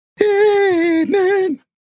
Amen